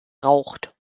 raucht